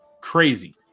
crazy